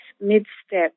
mid-step